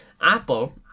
Apple